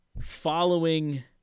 following